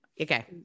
Okay